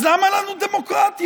אז למה לנו דמוקרטיה?